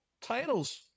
titles